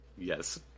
Yes